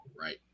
right